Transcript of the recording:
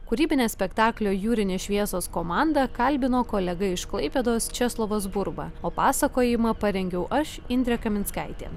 kūrybinės spektaklio jūrinės šviesos komandą kalbino kolega iš klaipėdos česlovas burba o pasakojimą parengiau aš indrė kaminskaitė